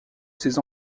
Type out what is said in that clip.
ses